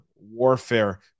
warfare